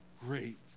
great